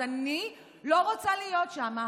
אז אני לא רוצה להיות שם.